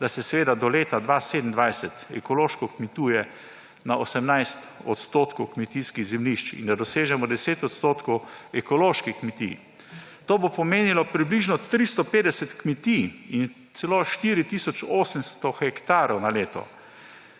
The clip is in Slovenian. da se do leta 2027 ekološko kmetuje na 18 % kmetijskih zemljišč in da dosežemo 10 % ekoloških kmetij. To bo pomenilo približno 350 kmetij in celo 4 tisoč 800 hektarov na leto.